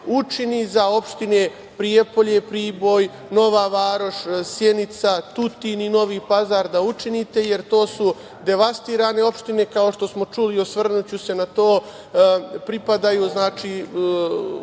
učini za opštine Prijepolje, Priboj, Nova Varoš, Sjenica, Tutin i Novi Pazar da učinite, jer to su devastirane opštine, kao što smo čuli, osvrnuću se na to, pripadaju upravnim